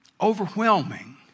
Overwhelming